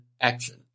action